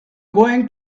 going